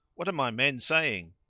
what are my men saying?